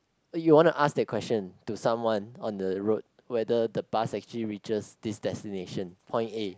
uh you want to ask that question to someone on the road whether the bus actually reaches this destination point A